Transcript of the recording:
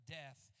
death